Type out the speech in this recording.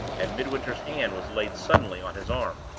and midwinter's hand was laid suddenly on his arm.